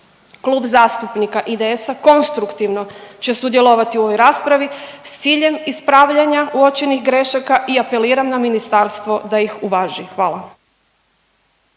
Klub zastupnika IDS-a konstruktivno će sudjelovati u ovoj raspravi s ciljem ispravljanja uočenih grešaka i apeliram na ministarstvo da ih uvaži. Hvala.